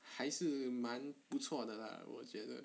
还是蛮不错的 lah 我觉得